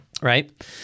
right